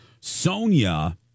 Sonia